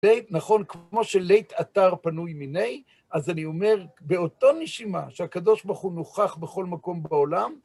לית, נכון, כמו שלית אתר פנוי מיניה, אז אני אומר, באותו נשימה שהקב"ה הוא נוכח בכל מקום בעולם,